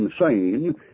insane